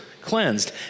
cleansed